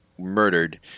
Murdered